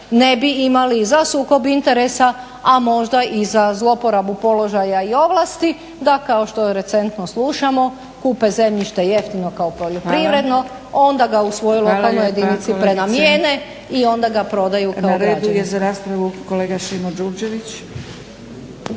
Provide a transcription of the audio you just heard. ne bi imali za sukob interesa, a možda i za zlouporabu položaja i ovlasti da kao što recentno slušamo kupe zemljište jeftino kao poljoprivredno, onda ga u svojoj lokalnoj jedinici prenamijene i onda ga prodaju kao građevinsko.